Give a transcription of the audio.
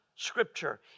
Scripture